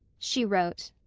she wrote,